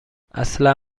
اصلا